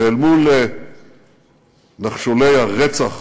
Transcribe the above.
ואל מול נחשולי הרצח